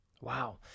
wow